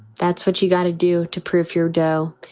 that's what you've got to do to proof your dough.